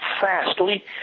fastly